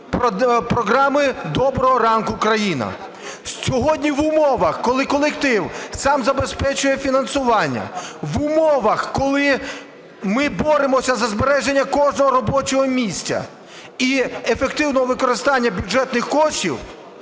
програми "Доброго ранку, Країно!" Сьогодні в умовах, коли колектив сам забезпечує фінансування, в умовах, коли ми боремося за збереження кожного робочого місця і ефективного використання бюджетних коштів,